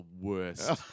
worst